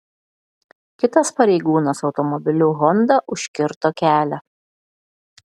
kitas pareigūnas automobiliu honda užkirto kelią